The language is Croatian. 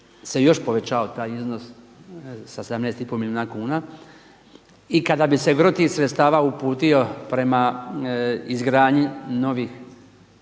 se još povećao taj iznos sa 17 i pol milijuna kuna i kada bi se gro tih sredstava uputio prema izgradnji novih